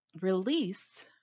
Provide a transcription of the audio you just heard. release